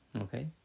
Okay